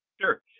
Sure